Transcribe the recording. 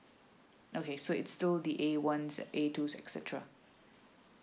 okay so it's still the A one A two et cetera